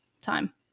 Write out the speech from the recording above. time